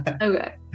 Okay